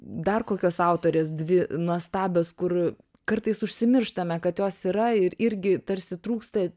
dar kokios autorės dvi nuostabios kur kartais užsimirštame kad jos yra ir irgi tarsi trūksta